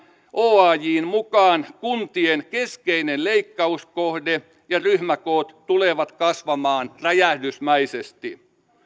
oajn mukaan olemaan kuntien keskeinen leikkauskohde ja ryhmäkoot tulevat kasvamaan räjähdysmäisesti